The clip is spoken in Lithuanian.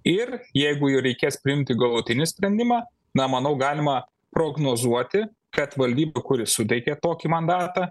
ir jeigu jų reikės priimti galutinį sprendimą na manau galima prognozuoti kad valdyba kuri suteikė tokį mandatą